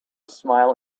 smile